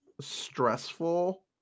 stressful